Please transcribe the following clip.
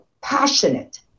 passionate